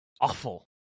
awful